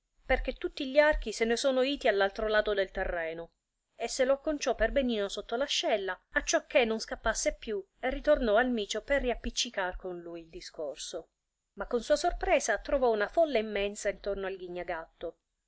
poichè tutti gli archi se ne sono iti all'altro lato del terreno e se lo acconciò per benino sotto l'ascella acciocchè non scappasse più e ritornò al micio per riappiccicar con lui il discorso ma con sua sorpresa trovò una folla immensa intorno